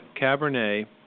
Cabernet